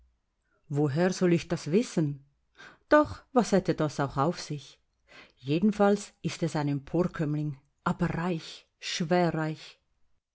woher soll ich das wissen doch was hätte das auch auf sich jedenfalls ist es ein emporkömmling aber reich